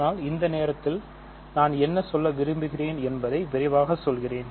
ஆனால் இந்த நேரத்தில் நான் என்ன சொல்ல விரும்புகிறேன் என்பதை விரைவாக சொல்கிறேன்